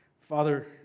Father